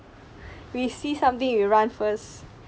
we see something we run first